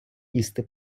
їсти